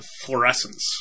fluorescence